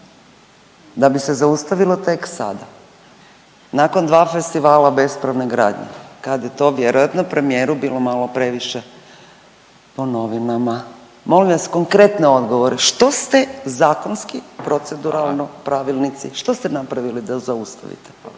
da bi se zaustavilo tek sada nakon dva festivala bespravne gradnje kad je to vjerojatno premijeru bilo malo previše po novinama. Molim vas konkretne odgovore što ste zakonski, proceduralno, pravilnici, što ste napravili da zaustavite? Hvala.